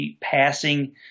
passing